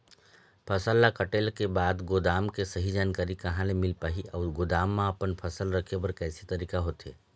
फसल ला कटेल के बाद गोदाम के सही जानकारी कहा ले मील पाही अउ गोदाम मा अपन फसल रखे बर कैसे तरीका होथे?